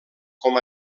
com